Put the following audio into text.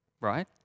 right